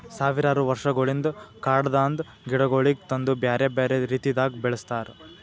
ಸಾವಿರಾರು ವರ್ಷಗೊಳಿಂದ್ ಕಾಡದಾಂದ್ ಗಿಡಗೊಳಿಗ್ ತಂದು ಬ್ಯಾರೆ ಬ್ಯಾರೆ ರೀತಿದಾಗ್ ಬೆಳಸ್ತಾರ್